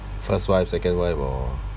first wife second wife or